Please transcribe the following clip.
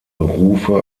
rufe